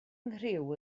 nghriw